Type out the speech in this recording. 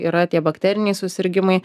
yra tie bakteriniai susirgimai